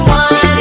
one